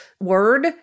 word